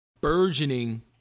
burgeoning